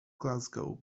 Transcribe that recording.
glasgow